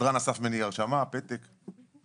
לצערי הרב ביליתי בבתי המשפט הרבה,